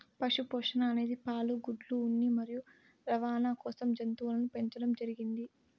పశు పోషణ అనేది పాలు, గుడ్లు, ఉన్ని మరియు రవాణ కోసం జంతువులను పెంచండం జరిగింది